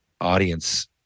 audience